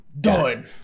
done